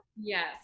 Yes